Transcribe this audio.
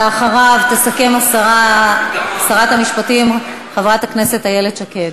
אחריו תסכם שרת המשפטים חברת הכנסת איילת שקד.